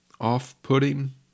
off-putting